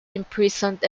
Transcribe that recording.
imprisoned